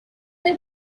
they